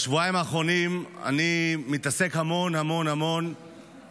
בשבועיים האחרונים אני מתעסק המון המון